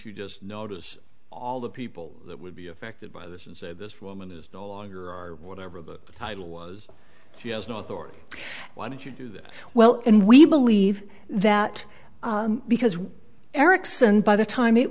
you just notice all the people that would be affected by this is a this woman is no longer whatever the title was she has no authority why did you do this well and we believe that because erickson by the time it